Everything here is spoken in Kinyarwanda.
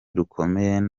rukomeye